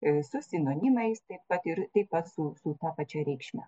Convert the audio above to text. su sinonimais taip pat ir taip pat su su ta pačia reikšme